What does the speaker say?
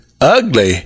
ugly